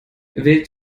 wählt